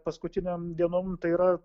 paskutinėm dienom tai yra